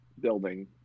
building